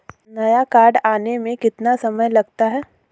नया कार्ड आने में कितना समय लगता है?